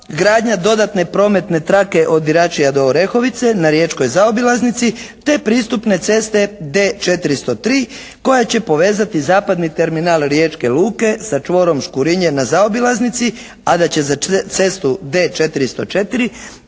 gradnja dodatne prometne trake od Diračija do Orehovice na riječkoj zaobilaznici te pristupne ceste D403 koja će povezati zapadni terminal riječke luke sa čvorom Škurinje na zaobilaznici, a da će za cestu D404